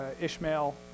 Ishmael